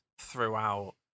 throughout